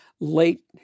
late